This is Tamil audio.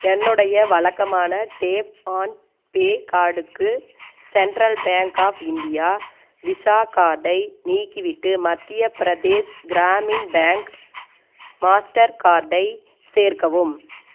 என்னுடைய வழக்கமான டேப் ஆன் பே கார்டுக்கு central bank of India Visa கார்டை நீக்கிவிட்டு மத்திய பிரதேஸ் கிராமின் பேங்க் மாஸ்டர் கார்டை சேர்க்கவும்